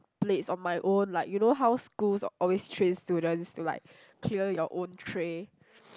plates on my own like you know how schools always train students to like clear your own tray